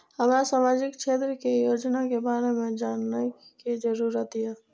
हमरा सामाजिक क्षेत्र के योजना के बारे में जानय के जरुरत ये?